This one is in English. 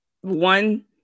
one